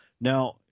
Now